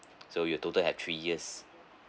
so you total had three years